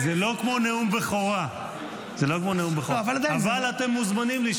לא, אבל זה --- עד הבוקר, מה אתה רומז?